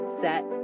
Set